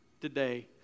today